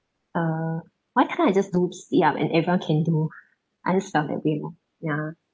uh why can't I just do sit-up and everyone can do other stuff like they did ya